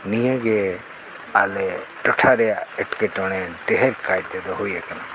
ᱱᱤᱭᱟᱹᱜᱮ ᱟᱞᱮ ᱴᱚᱴᱷᱟ ᱨᱮᱱᱟᱜ ᱮᱴᱠᱮᱴᱚᱬᱮ ᱰᱷᱮᱨ ᱠᱟᱭᱛᱮ ᱫᱚ ᱦᱩᱭ ᱟᱠᱟᱱᱟ